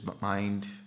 mind